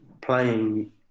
playing